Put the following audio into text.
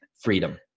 freedom